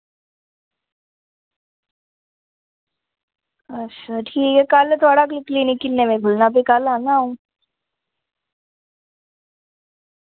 अच्छा ठीक ऐ कल थुआढ़ा क्लिनिक किन्ने बजे खुलना फ्ही कल औना आऊं